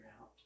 out